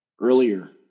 Earlier